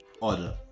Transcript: order